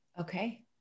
Okay